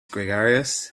gregarious